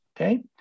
okay